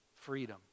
freedom